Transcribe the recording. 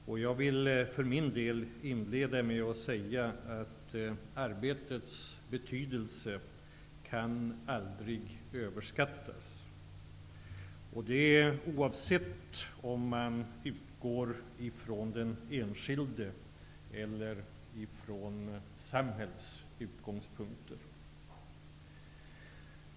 Jag vill för min del inleda med att säga att arbetets betydelse aldrig kan överskattas, och det oavsett om man utgår från den enskildes eller från samhällets utgångspunkter.